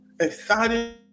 excited